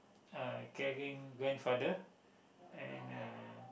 uh caring grandfather and uh